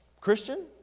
Christian